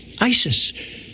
ISIS